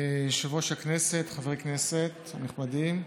יושב-ראש הכנסת, חברי הכנסת הנכבדים,